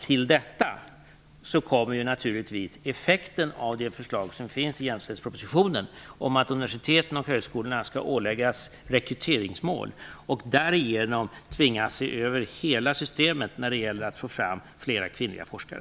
Till detta kommer naturligtvis effekten av de förslag som finns i jämställdhetspropositionen om att universiteten och högskolorna skall åläggas rekryteringsmål och därigenom tvingas att i hela systemet få fram fler kvinnliga forskare.